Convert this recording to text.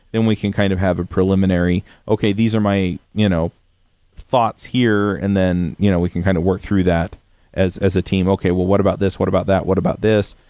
then we can kind of have a preliminary, okay. these are my you know thoughts here, and then you know we can kind of work through that as a team. okay. what what about this? what about that? what about this?